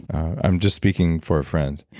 i'm just speaking for a friend